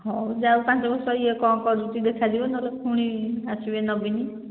ହଉ ଯାଉ ପାଞ୍ଚ ବର୍ଷ ଇଏ କ'ଣ କରୁଛି ଦେଖାଯିବ ନହେଲେ ପୁଣି ଆସିବେ ନବୀନ